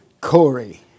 Corey